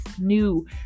new